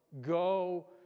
go